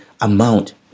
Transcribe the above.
amount